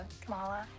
Kamala